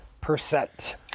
percent